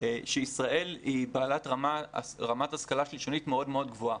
שישראל היא בעלת רמת השכלה שלישונית מאוד מאוד גבוהה,